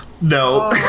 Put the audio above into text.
No